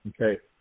Okay